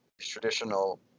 traditional